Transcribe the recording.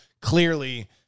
clearly